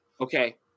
okay